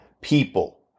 people